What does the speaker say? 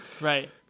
Right